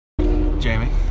Jamie